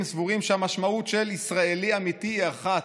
סבורים שהמשמעות של ישראלי אמיתי היא אחת: